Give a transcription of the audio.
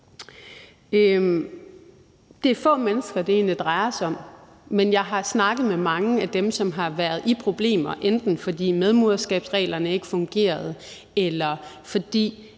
Det er få mennesker, det egentlig drejer sig om, men jeg har snakket med mange af dem, som har været i problemer, enten fordi medmoderskabsreglerne ikke fungerede, eller fordi